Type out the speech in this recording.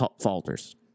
falters